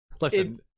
listen